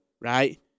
right